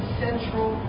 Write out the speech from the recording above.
central